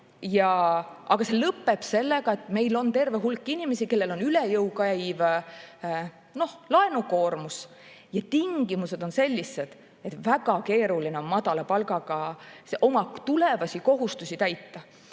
Aga see lõpeb sellega, et meil on terve hulk inimesi, kellel on üle jõu käiv laenukoormus ja tingimused on sellised, et väga keeruline on madala palgaga oma tulevasi kohustusi täita.